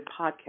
podcast